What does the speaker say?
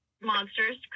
monsters